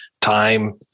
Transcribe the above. time